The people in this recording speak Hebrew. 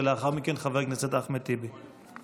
לאחר מכן, חבר הכנסת אחמד טיבי.